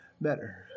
better